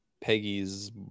Peggy's